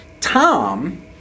Tom